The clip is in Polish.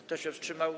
Kto się wstrzymał?